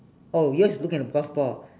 oh yours is looking at the golf ball